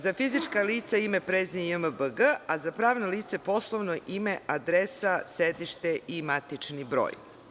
Za fizička lica – ime, prezime i JMBG, a za pravna lica – poslovno ime, adresa, sedište i matični broj.